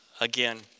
again